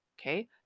okay